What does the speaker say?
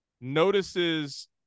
notices